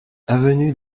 avenue